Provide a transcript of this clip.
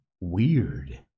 weird